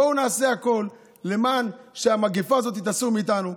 בואו נעשה הכול כדי שהמגפה הזאת תסור מאיתנו,